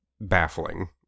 baffling